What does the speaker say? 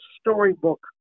storybook